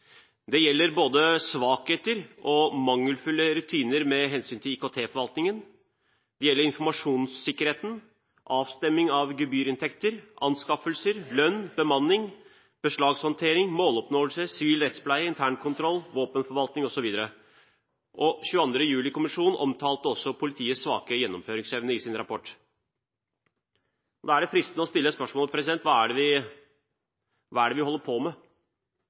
Det gjelder både svakheter og mangelfulle rutiner med hensyn til IKT-forvaltningen, det gjelder informasjonssikkerhet, avstemming av gebyrinntekter, anskaffelser, lønn, bemanning, beslagshåndtering, måloppnåelse, sivil rettspleie, internkontroll, våpenforvaltning osv. 22. juli-kommisjonen omtalte også politiets svake gjennomføringsevne i sin rapport. Da er det fristende å stille et spørsmål: Hva er det vi holder på med? Man møter polititjenestemenn som forteller: Jo, det